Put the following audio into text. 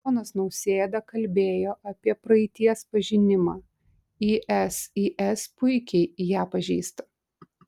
ponas nausėda kalbėjo apie praeities pažinimą isis puikiai ją pažįsta